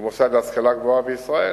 במוסד להשכלה גבוהה בישראל,